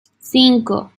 cinco